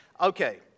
Okay